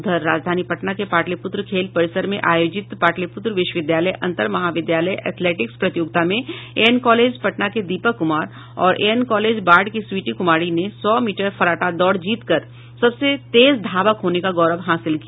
उधर राजधानी पटना के पाटलिपुत्र खेल परिसर में आयोजित पाटलिपुत्र विश्वविद्यालय अंतर महाविद्यालय एथलेटिक्स प्रतियोगिता में एन कॉलेज पटना के दीपक कुमार और एएनएस कॉलेज बाढ़ की स्वीटी कुमारी ने सौ मीटर फर्राटा दौड़ जीतकर सबसे तेज धावक होने का गौरव हासिल किया